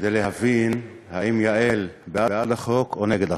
כדי להבין אם יעל בעד החוק או נגד החוק.